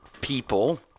people